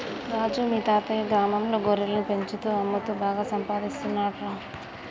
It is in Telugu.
రాజు మీ తాతయ్యా గ్రామంలో గొర్రెలను పెంచుతూ అమ్ముతూ బాగా సంపాదిస్తున్నాడురా